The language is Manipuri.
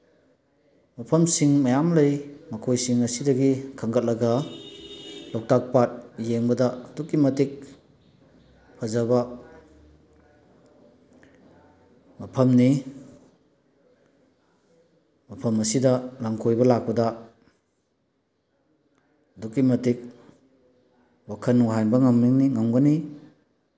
ꯃꯐꯝꯁꯤꯡ ꯃꯌꯥꯝ ꯂꯩ ꯃꯈꯣꯏꯁꯤꯡ ꯑꯁꯤꯗꯒꯤ ꯈꯪꯒꯠꯂꯒ ꯂꯣꯛꯇꯥꯛ ꯄꯥꯠ ꯌꯦꯡꯕꯗ ꯑꯗꯨꯛꯀꯤ ꯃꯇꯤꯛ ꯐꯖꯕ ꯃꯐꯝꯅꯤ ꯃꯐꯝ ꯑꯁꯤꯗ ꯂꯝꯀꯣꯏꯕ ꯂꯥꯛꯄꯗ ꯑꯗꯨꯛꯀꯤ ꯃꯇꯤꯛ ꯋꯥꯈꯜ ꯅꯨꯡꯉꯥꯏꯍꯟꯕ ꯉꯝꯒꯒꯤ